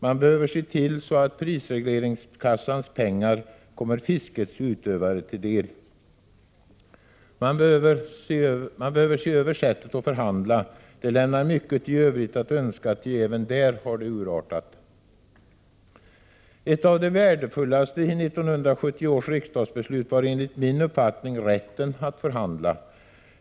Man behöver se till att prisregleringskassans pengar kommer fiskets utövare till del. Man behöver se över sättet att förhandla. Det lämnar mycket övrigt att önska, ty även det har urartat. Något av det värdefullaste i 1978 års riksdagsbeslut var enligt min uppfattning rätten att förhandla.